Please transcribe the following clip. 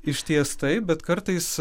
išties taip bet kartais